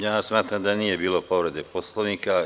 Ja smatram da nije bilo povrede Poslovnika.